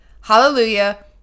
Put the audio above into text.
Hallelujah